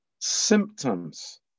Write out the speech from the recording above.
symptoms